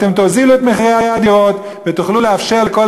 אתם תורידו את מחירי הדירות ותוכלו לאפשר לכל